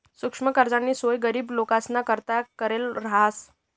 सुक्ष्म कर्जनी सोय गरीब लोकेसना करता करेल रहास